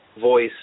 voice